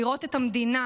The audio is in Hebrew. לראות את המדינה.